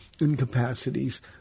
incapacities